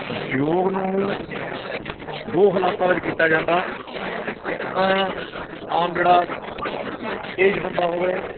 ਯੋਗ ਨੂੰ ਦੋ ਹਾਲਾਤਾਂ ਵਿੱਚ ਕੀਤਾ ਜਾਂਦਾ ਇੱਕ ਤਾਂ ਆਮ ਜਿਹੜਾ ਏਜ ਬੰਦਾ ਹੋਵੇ